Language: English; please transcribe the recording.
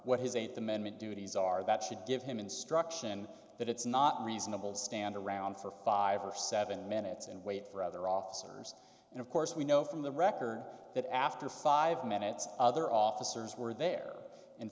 what his eighth amendment duties are that should give him instruction that it's not reasonable to stand around for five or seven minutes and wait for other officers and of course we know from the record that after five minutes other officers were there in